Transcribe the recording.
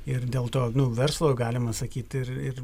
ir dėl to nu verslo galima sakyti ir ir